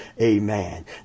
Amen